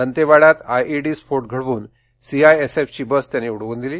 दंतेवाड्यात IED स्फोट घडवून सीआयएसएफची बस उडवून दिली